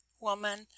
woman